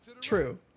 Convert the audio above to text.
True